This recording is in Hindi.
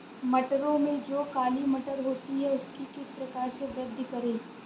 मटरों में जो काली मटर होती है उसकी किस प्रकार से वृद्धि करें?